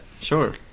sure